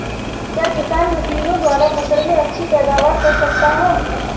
क्या किसान मशीनों द्वारा फसल में अच्छी पैदावार कर सकता है?